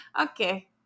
Okay